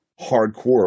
hardcore